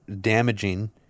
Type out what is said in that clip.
damaging